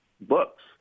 books